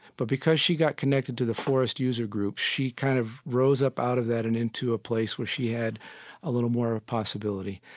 but because she got connected to the forest user group, she kind of rose up out that and into a place where she had a little more possibility.